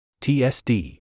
TSD